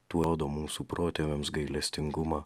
duoda mūsų protėviams gailestingumą